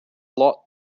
lot